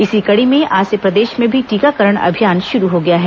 इसी कड़ी में आज से प्रदेश में भी टीकाकरण अभियान शुरू हो गया है